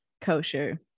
kosher